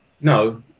No